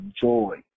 joy